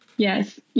Yes